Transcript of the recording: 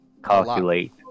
Calculate